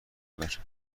ببر